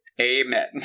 Amen